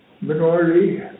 minority